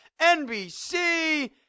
NBC